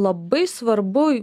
labai svarbu